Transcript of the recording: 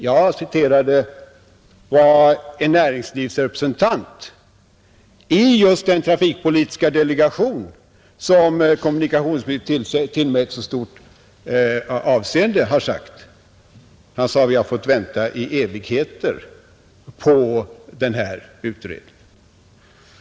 Jag citerade vad en näringslivsrepresentant i just den trafikpolitiska delegation som kommunikationsministern tillmäter så stor vikt har sagt: Vi har fått vänta i evigheter på den här utredningen.